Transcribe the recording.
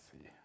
see